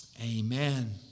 amen